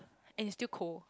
and it's still cold